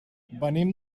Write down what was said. venim